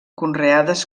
conreades